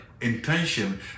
Intention